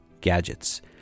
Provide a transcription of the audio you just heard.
gadgets